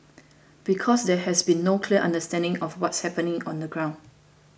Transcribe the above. because there has been no clear understanding of what's happening on the ground